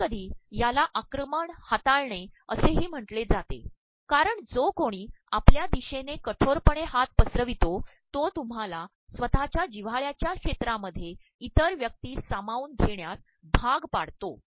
कधीकधी याला आक्रमण हाताळणे असेही म्हिले जाते कारण जो कोणी आपल्या द्रदशने े कठोरपणे हात पसरप्रवतो तो तुम्हाला स्त्वतःच्या प्जव्हाळ्याच्या क्षेरामध्ये इतर व्यक्तीस सामावून घेण्यास भाग पाडतो